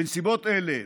בנסיבות אלה,